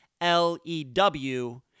L-E-W